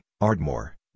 Ardmore